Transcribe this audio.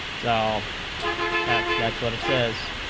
so that that's what it says